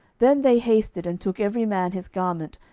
then they hasted, and took every man his garment,